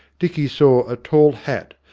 dicky saw a tall hat,